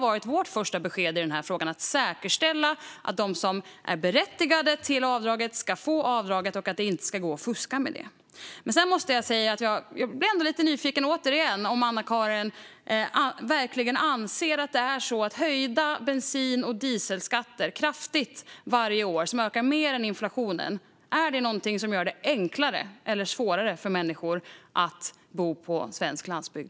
Vårt första besked i denna fråga är att säkerställa att de som är berättigade till avdraget ska få avdraget och att det inte ska gå att fuska. Jag är ändå lite nyfiken, Anna-Caren. Gör kraftigt höjda bensin och dieselskatter som ökar mer än inflationen varje år det enklare eller svårare för människor att bo på svensk landsbygd?